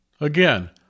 Again